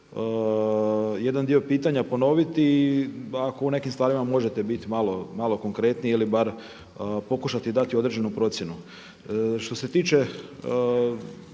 jedan dio pitanja ponoviti, ako u nekim stvarima možete biti malo konkretniji ili bar pokušati dati određenu procjenu. Što se tiče